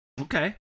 Okay